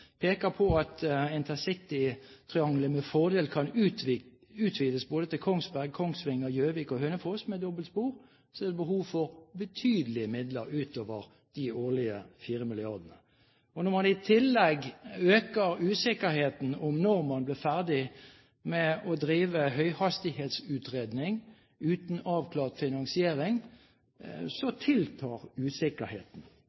med fordel kan utvides både til Kongsberg, Kongsvinger, Gjøvik og Hønefoss med dobbeltspor, er det behov for betydelige midler utover de årlige 4 mrd. kr. Og når man i tillegg øker usikkerheten om når man blir ferdig med å drive høyhastighetsutredning uten avklart finansiering,